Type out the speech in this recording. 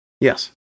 Yes